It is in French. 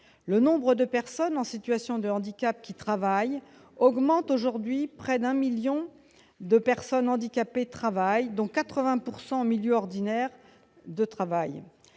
Le nombre de personnes en situation de handicap qui travaillent augmente. Aujourd'hui, près de 1 million de personnes handicapées travaillent, dont 80 % en milieu ordinaire de travail.